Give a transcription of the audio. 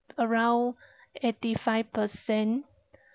around eighty five percent